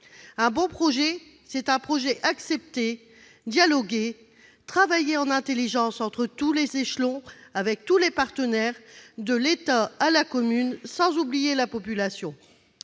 Un bon projet, c'est un projet accepté, dialogué, travaillé en intelligence entre tous les échelons, avec tous les partenaires, de l'État à la commune, sans oublier la population.